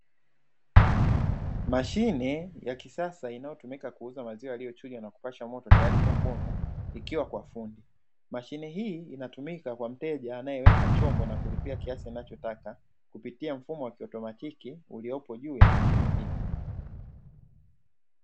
Mashine ya kisasa inayotumika kuuza maziwa yaliyochujwa na kupashwa moto tayari kwa kunywa ikiwa kwa fundi. Mashine hii inatumika kwa mteja anayeweka chombo na kulipia kiasi anachotaka kupitia mfumo wa kiautomatiki, uliopo juu ya mashine hii.